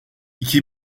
iki